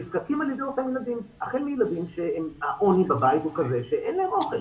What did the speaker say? נזקקים על ידי אותם ילדים החל מילדים שהעוני בבית הוא כזה שאין להם אוכל